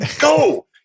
go